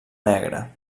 negra